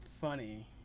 funny